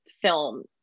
film